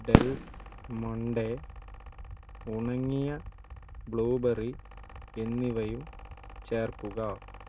Del Monte ഉണങ്ങിയ blueberry എന്നിവയും ചേർക്കുക